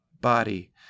Body